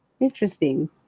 Interesting